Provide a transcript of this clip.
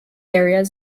areas